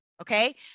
okay